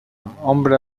hombre